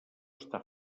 està